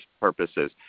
purposes